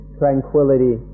tranquility